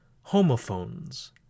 homophones